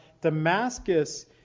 Damascus